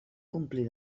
complir